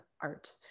art